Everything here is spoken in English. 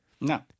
No